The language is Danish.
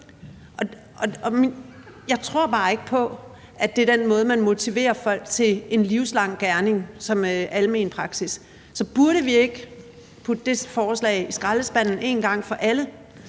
Jeg tror bare ikke på, at det er den måde, man motiverer folk til en livslang gerning som alment praktiserende læge. Så burde vi ikke putte det forslag i skraldespanden en gang for alle